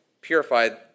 purified